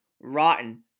rotten